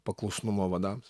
paklusnumo vadams